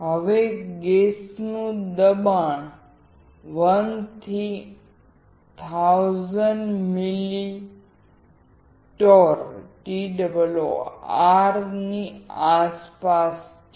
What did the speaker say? હવે ગેસનું દબાણ 1 થી 1000 મિલિ torr ની આસપાસ છે